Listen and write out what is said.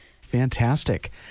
Fantastic